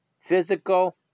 physical